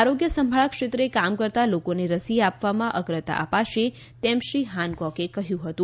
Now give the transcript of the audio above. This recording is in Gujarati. આરોગ્ય સંભાળ ક્ષેત્રે કામ કરતાં લોકોને રસી આપવામાં અગ્રતા અપાશે તેમ શ્રી હાનકોકે કહ્યું હતું